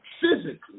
physically